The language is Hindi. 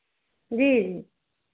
जी जी